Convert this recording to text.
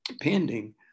pending